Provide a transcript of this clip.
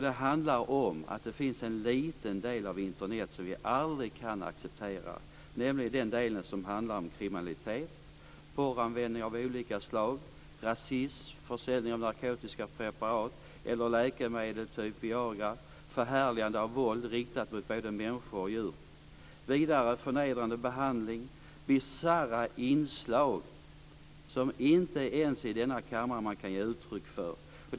Det handlar om att det finns en liten del av Internet som vi aldrig kan acceptera, nämligen den del som handlar om kriminalitet, användning av porr av olika slag, rasism, försäljning av narkotiska preparat eller läkemedel som t.ex. Viagra, förhärligande av våld riktat mot både människor och djur. Det kan vidare gälla förnedrande behandling och bisarra inslag som det inte ens går att ge uttryck för i denna kammare.